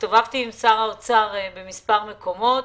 הסתובבתי עם שר האוצר במספר מקומות,